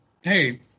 Hey